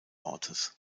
ortes